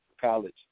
college